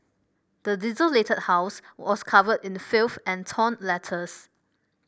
the desolated house was covered in the filth and torn letters